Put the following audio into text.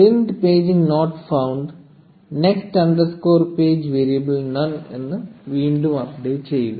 print paging not found next underscore page variable none none എന്ന് വീണ്ടും update ചെയ്യുക